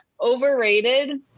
overrated